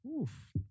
Oof